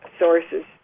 sources